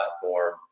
platform